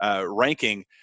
ranking